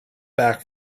back